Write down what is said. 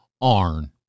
ARN